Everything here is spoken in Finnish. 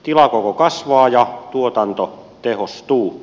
tilakoko kasvaa ja tuotanto tehostuu